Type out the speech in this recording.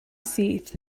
syth